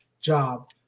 job